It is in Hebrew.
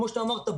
כמו שאמרת,